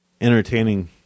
entertaining